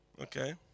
Okay